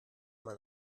man